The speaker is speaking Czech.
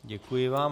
Děkuji vám.